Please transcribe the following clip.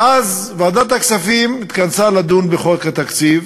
ואז ועדת הכספים התכנסה לדון בחוק התקציב,